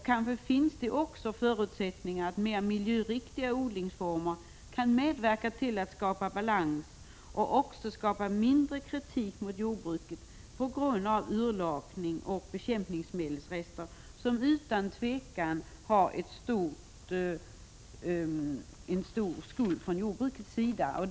Kanske finns det också förutsättningar för att mera miljöriktiga odlingsformer kan medverka till att skapa balans och göra att det blir mindre kritik mot jordbruket med anledning av urlakning och bekämpningsmedelsrester. Härvidlag bär jordbruket utan tvivel en stor skuld.